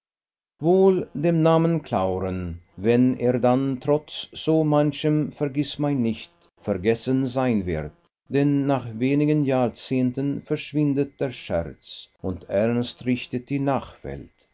wohl dem namen clauren wenn er dann trotz so manchem vergißmeinnicht vergessen sein wird denn nach wenigen jahrzehnten verschwindet der scherz und ernst richtet die nachwelt